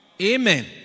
Amen